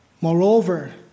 Moreover